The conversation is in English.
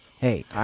Hey